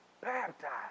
baptized